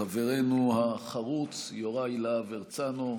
חברנו החרוץ יוראי להב הרצנו.